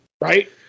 Right